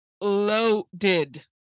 loaded